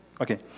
Okay